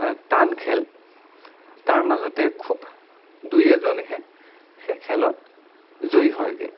টান খেল তাৰ মাজতে খুব দুই এজনেহে সেই খেলত জয়ী হয়গৈ